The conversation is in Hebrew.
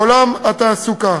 בעולם התעסוקה.